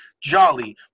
Jolly